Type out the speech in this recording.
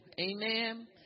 amen